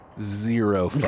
zero